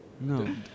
No